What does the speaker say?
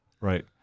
Right